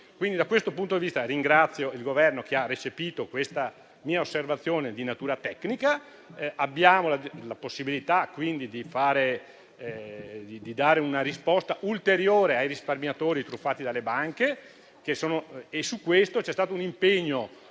posto. Da questo punto di vista, ringrazio il Governo che ha recepito questa mia osservazione di natura tecnica. Abbiamo la possibilità di dare una risposta ulteriore ai risparmiatori truffati dalle banche e su questo c'è stato un impegno